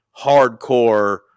hardcore